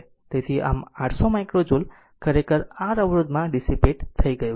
તેથી આ 800 micro joule ખરેખર R અવરોધમાં ડીસીપેટ થઇ ગયું છે